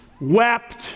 wept